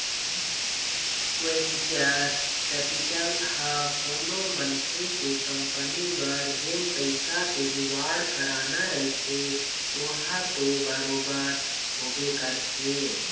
venture capital ह कोनो मनखे के कंपनी बर जेन पइसा के जुगाड़ कराना रहिथे ओहा तो बरोबर होबे करथे